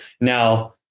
Now